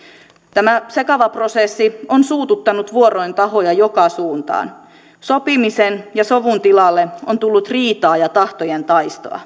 tämä sekava prosessi on suututtanut vuoroin tahoja joka suuntaan sopimisen ja sovun tilalle on tullut riitaa ja tahtojen taistoa